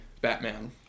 Batman